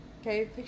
Okay